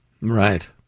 Right